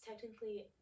technically